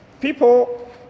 People